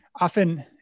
often